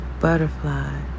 butterfly